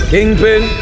Kingpin